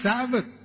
Sabbath